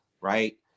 right